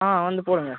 ஆ வந்து போடுங்கள்